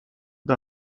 the